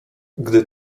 gdy